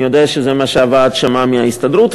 אני יודע שזה מה שהוועד שמע מההסתדרות,